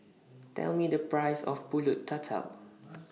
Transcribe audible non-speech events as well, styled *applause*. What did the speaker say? Tell Me The Price of Pulut Tatal *noise*